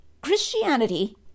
Christianity